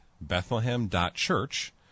Bethlehem.Church